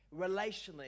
relationally